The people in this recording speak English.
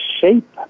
shape